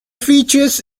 features